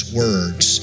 words